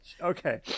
Okay